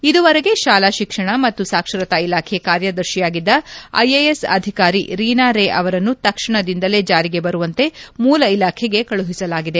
ಇದುವರೆಗೆ ಶಾಲಾ ಶಿಕ್ಷಣ ಮತ್ತು ಸಾಕ್ಷರತಾ ಇಲಾಖೆ ಕಾರ್ಯದರ್ಶಿಯಾಗಿದ್ದ ಐಎಎಸ್ ಅಧಿಕಾರಿ ರೀನಾ ರೇ ಅವರನ್ನು ತಕ್ಷಣದಿಂದಲೇ ಜಾರಿಗೆ ಬರುವಂತೆ ಮೂಲ ಇಲಾಖೆಗೆ ಕಳುಹಿಸಲಾಗಿದೆ